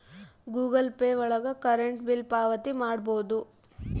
Google Pay ಒಳಗ current bill ಪಾವತಿ ಮಾಡ್ಬೋದು